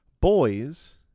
Boys